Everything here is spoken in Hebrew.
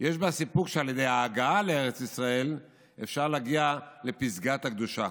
סיפוק בכך שעל ידי הגעה לארץ ישראל אפשר להגיע לפסגת הקדושה.